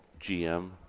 GM